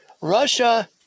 Russia